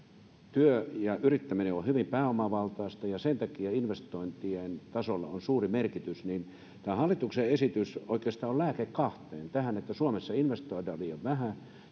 työ ja yrittäminen on on hyvin pääomavaltaista ja sen takia investointien tasolla on suuri merkitys tämä hallituksen esitys oikeastaan on lääke kahteen tähän että suomessa investoidaan liian vähän